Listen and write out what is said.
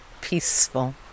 peaceful